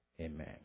Amen